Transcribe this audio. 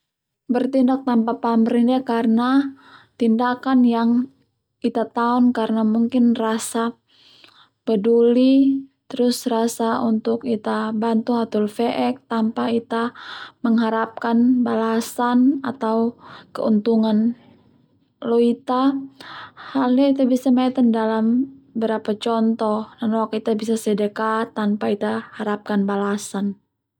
Bertindak tanpa pamrih dia karna tindakan yang Ita taon karna mungkin rasa peduli terus rasa untuk Ita bantu hatoli fe'ek tanpa Ita mengharapkan balasan atau keuntungan lo Ita hal ndia Ita bisa meten dalam berapa contoh noka Ita bisa sedeka tanpa Ita harapkan balasan.